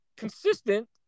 Consistent